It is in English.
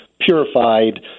purified